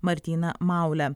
martyną maulę